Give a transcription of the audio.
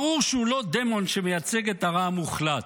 ברור שהוא לא דמון שמייצג את הרע המוחלט,